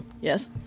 Yes